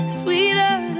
sweeter